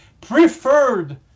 preferred